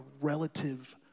relative